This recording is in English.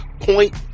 point